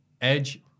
Edge